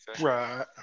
Right